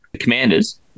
commanders